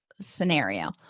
scenario